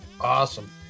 Awesome